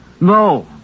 No